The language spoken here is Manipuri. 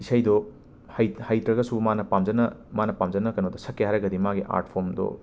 ꯏꯁꯩꯗꯣ ꯍꯩꯠ ꯍꯩꯇ꯭ꯔꯒꯁꯨ ꯃꯥꯅ ꯄꯥꯝꯖꯅ ꯃꯥꯅ ꯄꯥꯝꯖꯅ ꯀꯦꯅꯣꯗꯣ ꯁꯛꯀꯦ ꯍꯥꯏꯔꯒꯗꯤ ꯃꯥꯒꯤ ꯑꯥꯔꯠ ꯐꯣꯝꯗꯣ